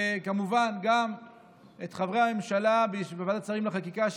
וכמובן גם את חברי הממשלה בוועדת שרים לחקיקה,